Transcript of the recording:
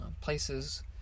places